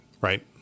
right